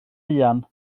fuan